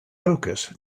focus